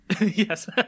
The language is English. Yes